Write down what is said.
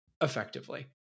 Effectively